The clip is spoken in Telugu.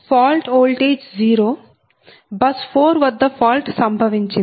ఫాల్ట్ ఓల్టేజ్ 0 బస్ 4 వద్ద ఫాల్ట్ సంభవించింది